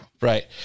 Right